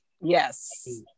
Yes